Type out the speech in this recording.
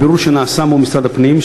מבירור שנעשה מול משרד הפנים,